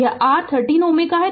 यह r 13 Ω है